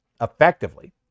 effectively